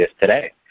today